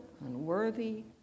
unworthy